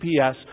GPS